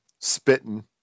spitting